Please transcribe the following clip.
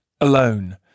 alone